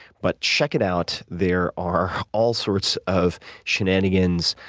but check it out. there are all sorts of shenanigans,